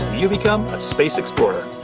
you become a space explorer.